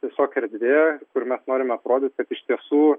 tiesiog erdvė kur mes norime aprodyt kad iš tiesų